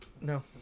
No